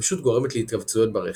התייבשות גורמת להתכווצויות ברחם.